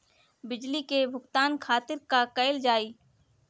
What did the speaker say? बिजली के भुगतान खातिर का कइल जाइ?